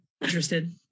interested